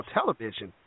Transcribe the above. television